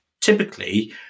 typically